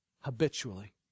habitually